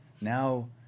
now